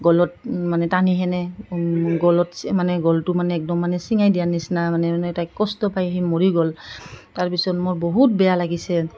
গলত মানে টানি তেনে গলত মানে গলটো মানে একদম মানে ছিঙাই দিয়াৰ নিচিনা মানে মানে তাইক কষ্ট পায় সি মৰি গ'ল তাৰপিছত মোৰ বহুত বেয়া লাগিছে